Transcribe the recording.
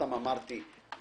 בעניין מי שקראתי לו